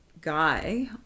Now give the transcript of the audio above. guy